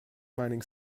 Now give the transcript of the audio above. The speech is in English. mining